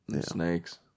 Snakes